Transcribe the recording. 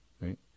right